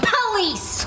Police